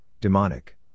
demonic